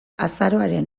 azaroaren